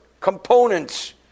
components